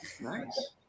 Nice